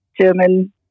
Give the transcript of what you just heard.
German